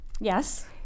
Yes